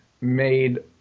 made